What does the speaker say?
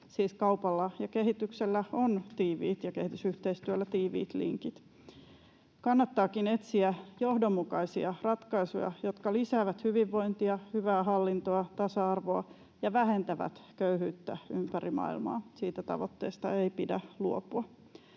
kaupalla ja kehitysyhteistyöllä on tiiviit linkit. Kannattaakin etsiä johdonmukaisia ratkaisuja, jotka lisäävät hyvinvointia, hyvää hallintoa, tasa-arvoa ja vähentävät köyhyyttä ympäri maailmaa. Siitä tavoitteesta ei pidä luopua.